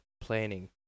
planning